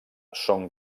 són